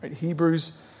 Hebrews